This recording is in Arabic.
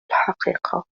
الحقيقة